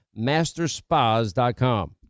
masterspas.com